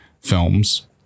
films